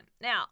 Now